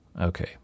Okay